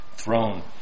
Throne